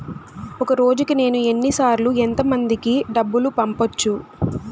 ఒక రోజుకి నేను ఎన్ని సార్లు ఎంత మందికి డబ్బులు పంపొచ్చు?